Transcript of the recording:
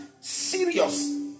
serious